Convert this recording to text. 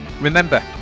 Remember